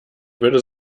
würde